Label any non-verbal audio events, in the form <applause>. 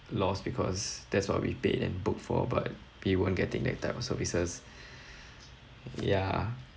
lost because that's what we paid and book for but we weren't getting that type of services <breath> yeah